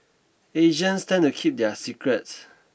Asians tend to keep their secrets